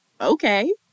okay